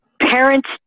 parents